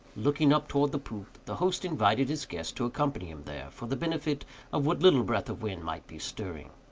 looking up towards the poop, the host invited his guest to accompany him there, for the benefit of what little breath of wind might be stirring.